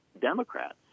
Democrats